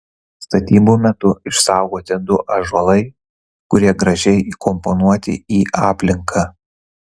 statybų metu išsaugoti du ąžuolai kurie gražiai įkomponuoti į aplinką